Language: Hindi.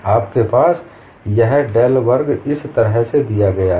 आपके पास यह डेल वर्ग इस तरह से दिया गया है